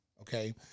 okay